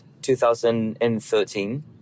2013